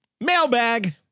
Mailbag